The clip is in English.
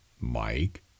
Mike